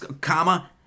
comma